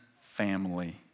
family